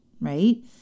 right